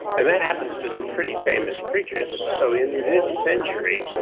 and that happens to some pretty famous creatures. so in this century,